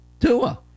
Tua